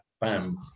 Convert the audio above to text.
bam